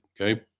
Okay